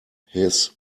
his